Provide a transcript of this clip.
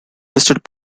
listed